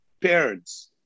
parents